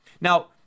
Now